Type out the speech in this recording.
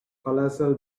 colossal